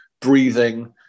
breathing